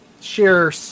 share